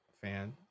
fan